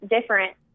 different